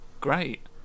Great